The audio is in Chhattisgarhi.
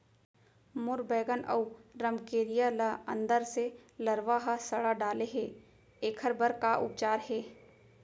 मोर बैगन अऊ रमकेरिया ल अंदर से लरवा ह सड़ा डाले हे, एखर बर का उपचार हे?